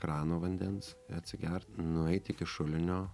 krano vandens i atsigert nueit iki šulinio